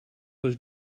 was